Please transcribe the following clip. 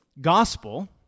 Gospel